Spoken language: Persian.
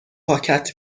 پاکت